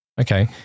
Okay